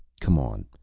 come on,